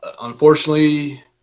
Unfortunately